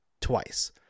twice